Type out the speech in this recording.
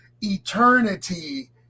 eternity